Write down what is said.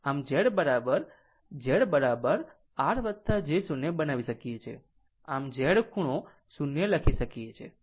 આમ Z અહીં Z R j 0 બનાવી શકીએ છીએ આપણે Z ખૂણો 0 લખી શકીએ છીએ